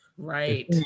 Right